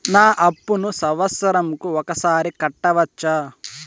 నా అప్పును సంవత్సరంకు ఒకసారి కట్టవచ్చా?